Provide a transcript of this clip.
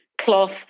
cloth